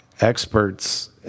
experts